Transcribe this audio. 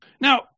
Now